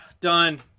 Done